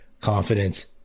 confidence